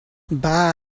buy